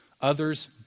Others